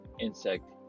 insect